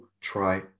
try